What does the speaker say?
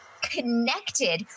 connected